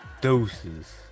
Doses